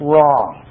Wrong